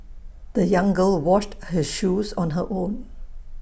the young girl washed her shoes on her own